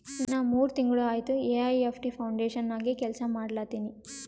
ನಾ ಮೂರ್ ತಿಂಗುಳ ಆಯ್ತ ಎ.ಐ.ಎಫ್.ಟಿ ಫೌಂಡೇಶನ್ ನಾಗೆ ಕೆಲ್ಸಾ ಮಾಡ್ಲತಿನಿ